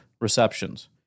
receptions